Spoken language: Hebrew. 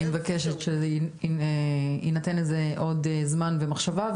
אני מבקשת שיינתן לזה עוד זמן ומחשבה,